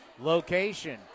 location